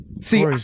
See